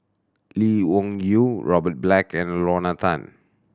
Lee Wung Yew Robert Black and Lorna Tan